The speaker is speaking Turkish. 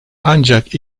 ancak